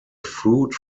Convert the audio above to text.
foot